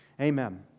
Amen